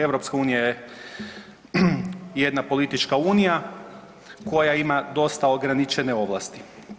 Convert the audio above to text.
EU je jedna politička unija koja ima dosta ograničene ovlasti.